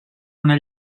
una